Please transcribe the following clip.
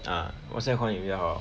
ah 我现在 call 你比较好